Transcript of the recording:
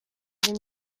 egin